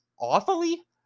awfully